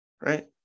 Right